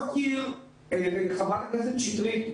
חברת הכנסת שטרית,